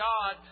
God